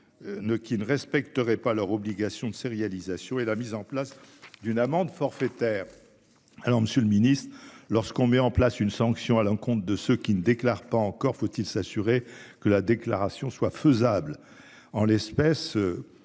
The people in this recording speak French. qui ne respecteraient pas leur obligation de sérialisation et la mise en place d'une amende forfaitaire. Alors Monsieur le Ministre lorsqu'on met en place une sanction à l'encontre de ceux qui ne déclarent pas, encore faut-il s'assurer que la déclaration soit faisable en l'espèce.